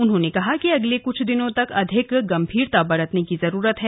उन्होंने कहा कि अगले कुछ दिनों तक अधिक गंभीरता बरतने की जरूरत है